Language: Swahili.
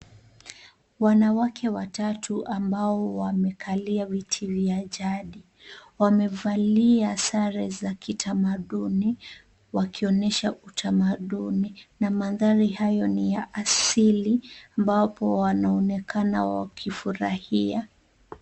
Wanawake watatu ambao wamekalia viti vya jadi. Wamevalia sare za kitamaduni wakionyesha utamaduni na mandhari hayo ni ya asili ambapo wanaonekana wakifurahia.